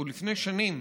עוד לפני שנים,